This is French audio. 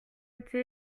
été